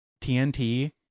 TNT